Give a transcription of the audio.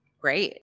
Great